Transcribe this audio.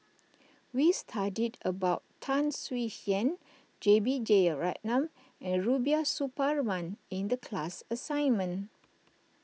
we studied about Tan Swie Hian J B Jeyaretnam and Rubiah Suparman in the class assignment